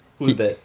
who's that